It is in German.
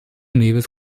neves